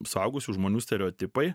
suaugusių žmonių stereotipai